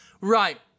Right